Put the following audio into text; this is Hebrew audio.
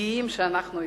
גאים שאנחנו ישראלים,